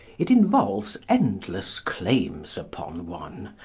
it involves endless claims upon one,